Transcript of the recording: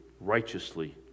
righteously